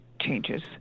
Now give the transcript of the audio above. changes